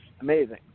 amazing